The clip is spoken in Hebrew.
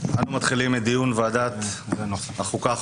אנחנו מתחילים את דיון ועדת החוקה,